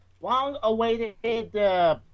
long-awaited